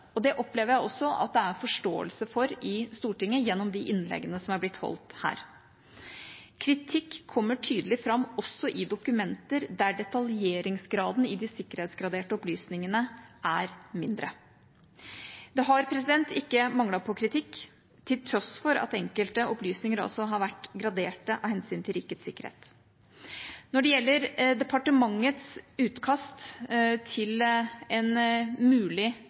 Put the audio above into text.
området. Det opplever jeg også det er forståelse for i Stortinget, gjennom de innleggene som er blitt holdt her. Kritikk kommer tydelig fram også i dokumenter der detaljeringsgraden i de sikkerhetsgraderte opplysningene er mindre. Det har ikke manglet på kritikk, til tross for at enkelte opplysninger altså har vært gradert av hensyn til rikets sikkerhet. Når det gjelder departementets utkast til et mulig